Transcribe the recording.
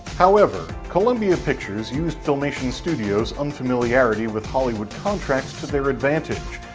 however, columbia pictures used filmation studio's unfamiliarity with hollywood contracts to their advantage,